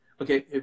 Okay